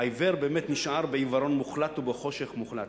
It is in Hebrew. העיוור נשאר בעיוורון מוחלט ובחושך מוחלט,